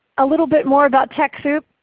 a little bit more about techsoup,